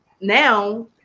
now